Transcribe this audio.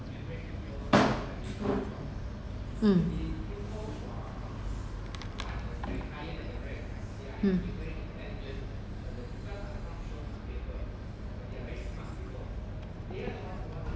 mm mm